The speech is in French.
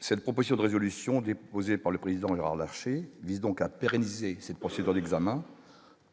Cette proposition de résolution déposée par le président Laurent l'et vise donc à pérenniser cette procédure d'examen,